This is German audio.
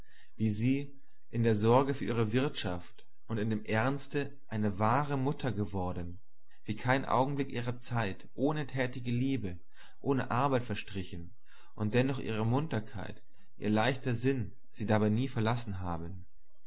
wie sie in der sorge für ihre wirtschaft und in dem ernste eine wahre mutter geworden wie kein augenblick ihrer zeit ohne tätige liebe ohne arbeit verstrichen und dennoch ihre munterkeit ihr leichter sinn sie nie dabei verlassen habe